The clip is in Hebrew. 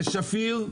בשפיר,